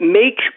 make